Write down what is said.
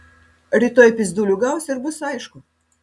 rytoj pyzdulių gaus ir bus aišku